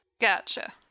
gotcha